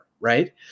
right